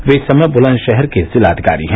वे इस समय बुलंदशहर के जिलाधिकारी हैं